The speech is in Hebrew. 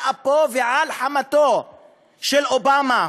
על אפו ועל חמתו של אובמה,